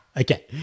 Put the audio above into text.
okay